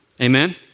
Amen